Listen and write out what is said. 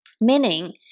meaning